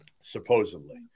Supposedly